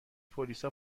پلیسا